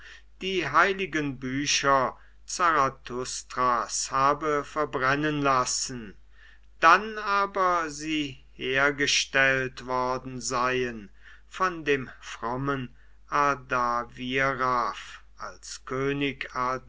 die heiligen bücher zarathustras habe verbrennen lassen dann aber sie hergestellt worden seien von dem frommen ardaviraf als könig